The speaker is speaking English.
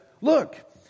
look